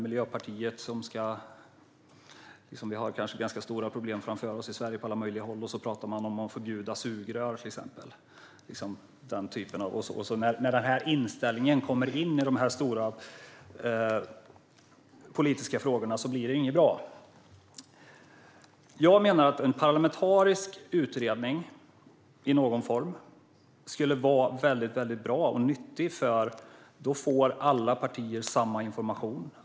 Miljöpartiet talar, när vi har ganska stora problem framför oss i Sverige på alla möjliga håll, om att förbjuda sugrör, till exempel. När denna inställning kommer in i de stora politiska frågorna blir det inte bra. Jag menar att en parlamentarisk utredning i någon form skulle vara väldigt bra och nyttig, för då får alla partier samma information.